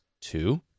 two